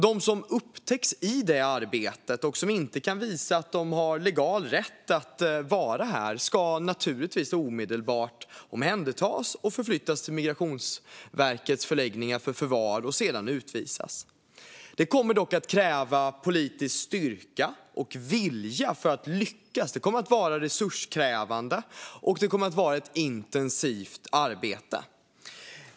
De som upptäcks i det arbetet och inte kan visa att de har legal rätt att vara här ska naturligtvis omedelbart omhändertas och förflyttas till Migrationsverkets förläggningar för förvar och sedan utvisas. Detta kommer dock att kräva politisk styrka och vilja för att lyckas. Det kommer att vara resurskrävande, och det kommer att vara ett intensivt arbete.